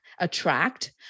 attract